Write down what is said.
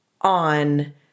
on